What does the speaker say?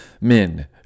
men